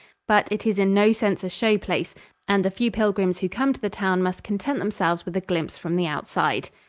but it is in no sense a show-place and the few pilgrims who come to the town must content themselves with a glimpse from the outside.